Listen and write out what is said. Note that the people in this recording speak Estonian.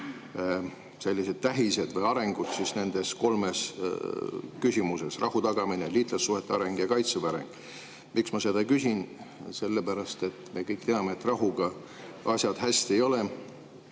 suurimad tähised või arengud nendes kolmes küsimuses: rahu tagamine, liitlassuhete areng ja Kaitseväe areng. Miks ma seda küsin? Sellepärast et me kõik teame, et rahuga asjad hästi ei ole.